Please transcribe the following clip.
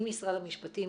עם משרד המשפטים,